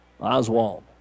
Oswald